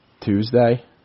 Tuesday